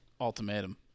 ultimatum